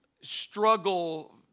struggle